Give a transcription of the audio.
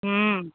हम्म